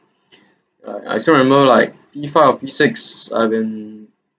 I I still remember like P five or P six I have been